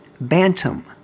Bantam